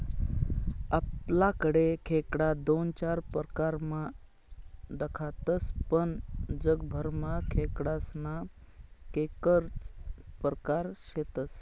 आपलाकडे खेकडा दोन चार परकारमा दखातस पण जगभरमा खेकडास्ना कैकज परकार शेतस